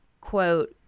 quote